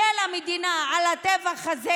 של המדינה לטבח הזה